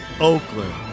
Oakland